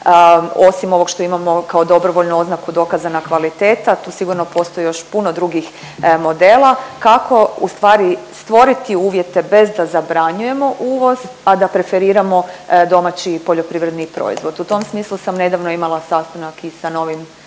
osim ovog što imamo kao dobrovoljno oznaku dokazana kvaliteta, tu sigurno postoji još puno drugih modela, kako ustvari stvoriti uvjete bez da zabranjujemo uvoz, a da preferiramo domaći poljoprivredni proizvod. U tom smislu sam nedavno imala sastanak i sa novim